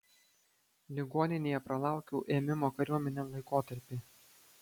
ligoninėje pralaukiau ėmimo kariuomenėn laikotarpį